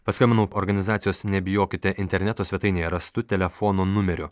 paskambinau organizacijos nebijokite interneto svetainėje rastu telefono numeriu